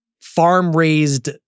farm-raised